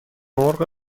مرغ